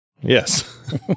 yes